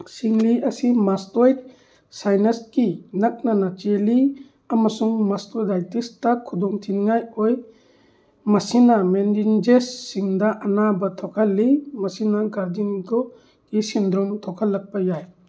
ꯁꯤꯡꯂꯤ ꯑꯁꯤ ꯃꯁꯇꯣꯏꯗ ꯁꯥꯏꯅꯁ ꯀꯤ ꯅꯛꯅꯅ ꯆꯦꯜꯂꯤ ꯑꯃꯁꯨꯡ ꯃꯁꯇꯣꯗꯥꯏꯇꯤꯁꯇ ꯈꯨꯗꯣꯡꯊꯤꯅꯤꯉꯥꯏ ꯑꯣꯏ ꯃꯁꯤꯅ ꯃꯦꯅꯤꯟꯖꯦꯁ ꯁꯤꯡꯗ ꯑꯅꯥꯕ ꯊꯣꯛꯍꯜꯂꯤ ꯃꯁꯤꯅ ꯒ꯭ꯔꯥꯗꯤꯅꯤꯒꯣ ꯒꯤ ꯁꯤꯟꯗ꯭ꯔꯣꯝ ꯊꯣꯛꯍꯜꯂꯛꯄ ꯌꯥꯏ